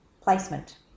placement